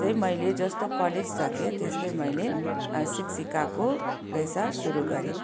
चाहिँ मैले जस्तो कलेज सकेँ त्यस्तै मैले शिक्षिकाको पेसा सुरु गरेँ